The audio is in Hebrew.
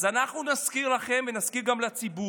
אז אנחנו נזכיר לכם ונזכיר גם לציבור.